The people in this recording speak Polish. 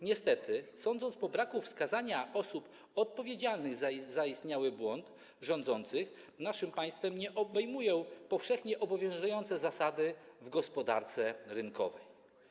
Niestety, sądząc po braku wskazania osób odpowiedzialnych za zaistniały błąd, rządzących naszym państwem nie obejmują zasady powszechnie obowiązujące w gospodarce rynkowej.